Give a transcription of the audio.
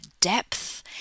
depth